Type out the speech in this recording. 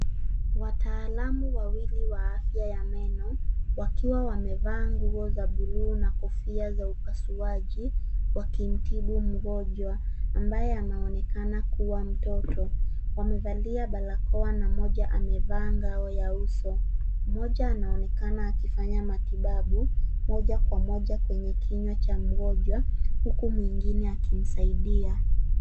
Wataalamu wawili wa afya ya meno wakiwa wamevaa nguo za buluu na kofia za upasuaji wakimtibu mgonjwa ambaye anaonekana kuwa mtoto. Wamevalia barakoa na moja amevaa ngao ya uso. Mmoja anaonekana akifanya matibabu moja kwa moja kwenye kinywa cha mgonjwa huku mwingine akimsadia.